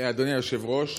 אדוני היושב-ראש,